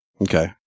Okay